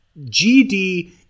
GD